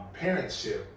parentship